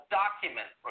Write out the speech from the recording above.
document